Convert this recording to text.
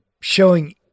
showing